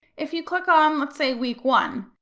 if you click on let's say week one,